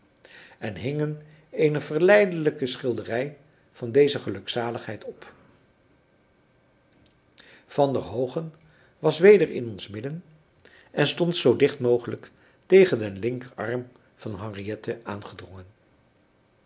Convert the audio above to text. en hingen eene verleidelijke schilderij van deze gelukzaligheid op van der hoogen was weder in ons midden en stond zoo dicht mogelijk tegen den linkerarm van henriette aangedrongen